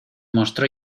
mostró